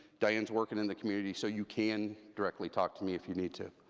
diane's working in the community, so you can directly talk to me, if you need to.